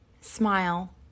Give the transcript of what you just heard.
smile